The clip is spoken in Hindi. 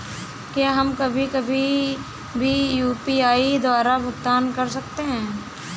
क्या हम कभी कभी भी यू.पी.आई द्वारा भुगतान कर सकते हैं?